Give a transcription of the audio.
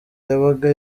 yabaga